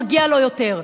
מגיע לו יותר.